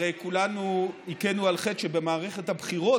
הרי כולנו הכינו על חטא שבמערכת הבחירות